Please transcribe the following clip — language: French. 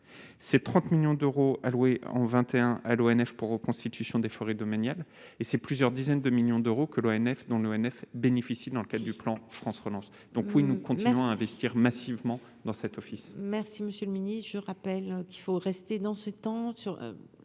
ces 30 millions d'euros alloués en 21 à l'ONF pour. Situation des forêts domaniales et c'est plusieurs dizaines de millions d'euros que l'ONF dans l'ONF bénéficie d'enquête du plan France relance donc oui, nous continuerons à investir massivement dans cet office. Merci, Monsieur le Ministre, je rappelle qu'il faut rester dans ce temps sur